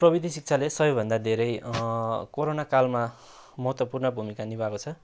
प्रविधि शिक्षाले सबै भन्दा धेरै कोरोना कालमा महत्त्वपूर्ण भूमिका निभाएको छ